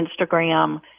Instagram